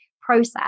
process